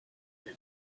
him